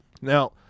now